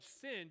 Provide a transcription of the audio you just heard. sin